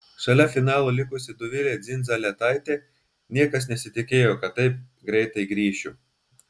šalia finalo likusi dovilė dzindzaletaitė niekas nesitikėjo kad taip greitai grįšiu